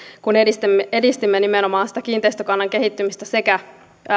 kun edistimme edistimme nimenomaan sitä kiinteistökannan kehittymistä sekä